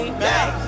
back